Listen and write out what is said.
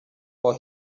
for